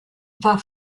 war